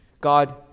God